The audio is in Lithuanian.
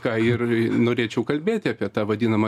ką ir norėčiau kalbėti apie tą vadinamą